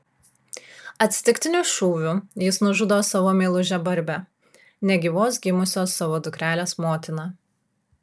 atsitiktiniu šūviu jis nužudo savo meilužę barbę negyvos gimusios savo dukrelės motiną